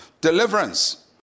deliverance